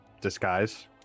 disguise